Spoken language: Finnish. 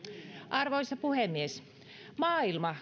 arvoisa puhemies maailma